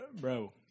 bro